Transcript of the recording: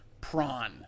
Prawn